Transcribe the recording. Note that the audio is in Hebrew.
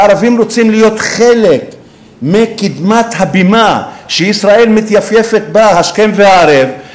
והערבים רוצים להיות חלק מקדמת הבימה שישראל מתייפייפת בה השכם והערב,